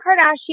kardashian